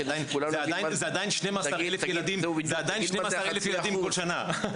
זה עדיין 12 אלף ילדים כל שנה,